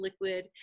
liquid